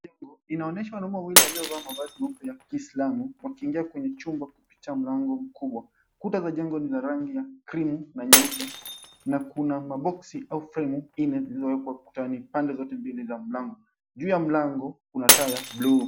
Jengo inaonyesha wanaume wawili waliovaa mavazi meupe ya kiislamu wakiingia kwenye chumba kupitia mlango mkubwa. Kuta za jengo zina rangi ya krimu na nyeupe na kuna maboksi au fremu zilizowekwa ukutani pande zote mbili za mlango. Juu ya mlango kuna taa ya buluu.